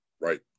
right